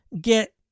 get